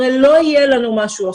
הרי לא יהיה לנו משהו אחר.